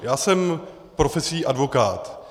Já jsem profesí advokát.